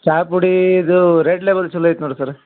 ಚಾ ಪುಡಿ ಇದು ರೆಡ್ ಲೇಬಲ್ ಚಲೋ ಐತೆ ನೋಡಿ ಸರ